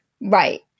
Right